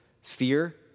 fear